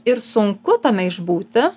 ir sunku tame išbūti